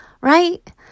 right